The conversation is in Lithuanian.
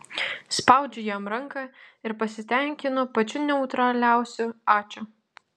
spaudžiu jam ranką ir pasitenkinu pačiu neutraliausiu ačiū